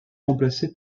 remplacé